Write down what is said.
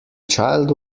child